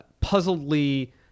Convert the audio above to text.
puzzledly